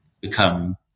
become